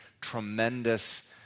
tremendous